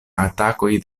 atakoj